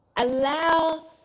Allow